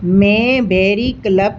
में berry club